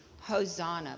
Hosanna